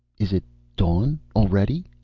is it dawn? already?